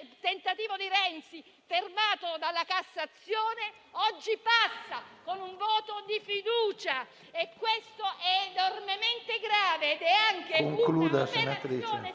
il tentativo di Renzi, fermato dalla Cassazione, oggi passano con un voto di fiducia. Ciò è enormemente grave ed è anche un'aberrazione